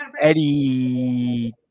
Eddie